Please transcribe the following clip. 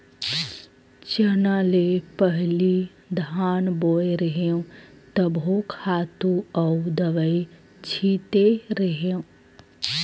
चना ले पहिली धान बोय रेहेव तभो खातू अउ दवई छिते रेहेव